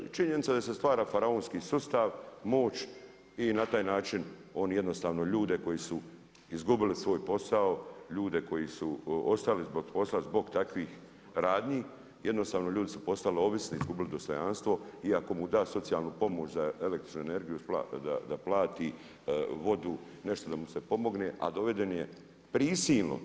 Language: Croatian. I činjenica je da se stvara faraonski sustav, moć i na taj način on jednostavno ljude koji su izgubili svoj posao, ljude koji su ostali zbog posla, zbog takvih radnji, jednostavno ljudi su postali ovisni, izgubili dostojanstvo iako mu da socijalnu pomoć za električnu energiju da plati vodu, nešto da mu se pomogne a doveden je prisilno.